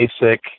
basic